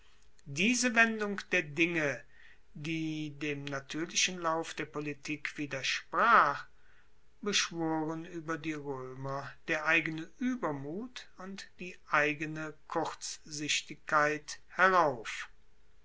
diese wendung der dinge die dem natuerlichen lauf der politik widersprach beschworen ueber die roemer der eigene uebermut und die eigene kurzsichtigkeit herauf